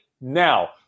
now